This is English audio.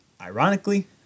Ironically